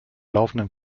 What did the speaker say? laufenden